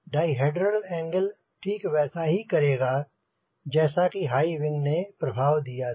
dihedral angle ठीक वैसा ही करेगा जैसा कि हाई विंग ने प्रभाव दिया था